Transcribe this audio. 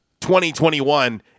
2021